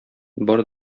бар